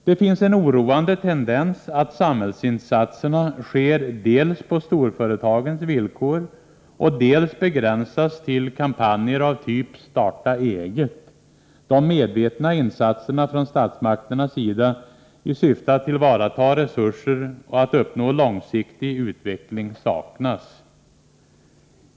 Det finns en oroande tendens att samhällsinsatserna dels sker på storföretagens villkor, dels begränsas till kampanjer av typ ”starta eget”. De medvetna insatserna från statsmakternas sida i syfte att tillvarata resurser och att uppnå långsiktig utveckling saknas.